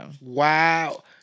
Wow